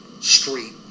street